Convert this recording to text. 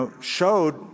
showed